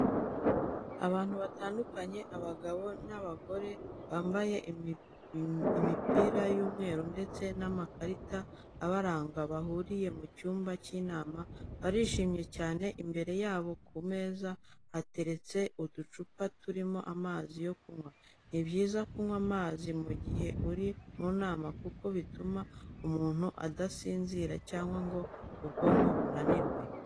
Abantu batandukanye, abagabo n'abagore bambaye imipira y'umweru ndetse n'amakarita abaranga bahuriye mu cyumba cy'inama, barishimye cyane, imbere yabo ku meza hateretse uducupa turimo amazi yo kunywa. Ni byiza kunywa amazi mu gihe uri mu nama kuko bituma umuntu adasinzira cyangwa ngo ubwonko bunanirwe.